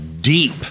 deep